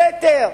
בסתר,